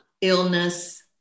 illness